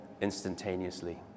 instantaneously